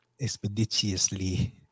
Expeditiously